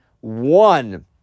one